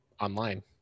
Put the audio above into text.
online